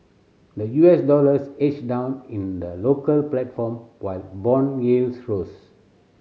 the U S dollars edged down in the local platform while bond yields rose